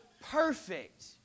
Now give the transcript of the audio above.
perfect